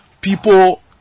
People